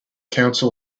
council